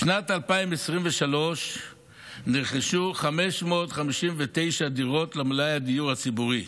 בשנת 2023 נרכשו 559 דירות למלאי הדיור הציבורי,